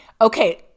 okay